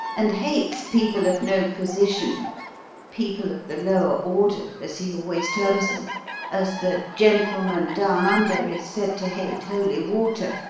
and hates people of no position people of the lower order as he always terms them as the gentleman down under is said to hate holy water.